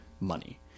money